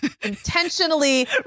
intentionally